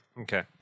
Okay